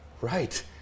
right